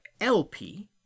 LP